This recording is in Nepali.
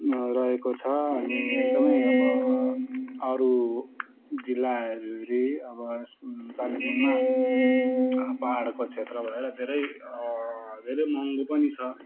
रहेको छ अनि एकदमै अब अरू जिल्लाहरू हेरी अब यस कालिम्पोङमा पहाडको छेत्र भएर धेरै धेरै महँगो पनि छ